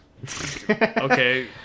Okay